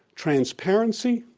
transparency,